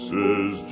Says